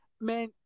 Man